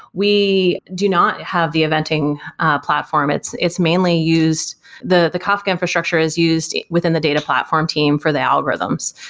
we do not have the eventing platform. it's it's mainly used the the kafka infrastructure is used within the data platform team for the algorithms.